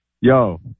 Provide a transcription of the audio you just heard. yo